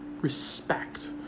respect